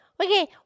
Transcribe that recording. Okay